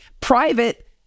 private